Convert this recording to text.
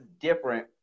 different